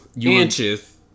Inches